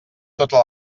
tota